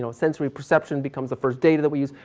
so sensory perception becomes the first data that we use.